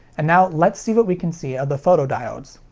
and now, let's see what we can see of the photodiodes.